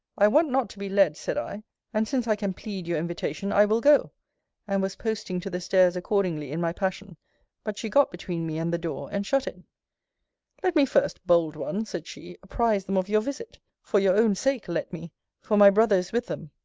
i want not to be led, said i and since i can plead your invitation, i will go and was posting to the stairs accordingly in my passion but she got between me and the door, and shut it let me first, bold one, said she, apprize them of your visit for your own sake let me for my brother is with them.